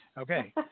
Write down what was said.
Okay